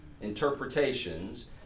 interpretations